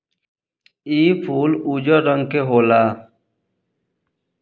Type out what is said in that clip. इ फूल उजर रंग के होला